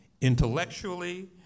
intellectually